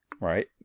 Right